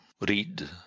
read